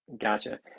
Gotcha